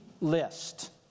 list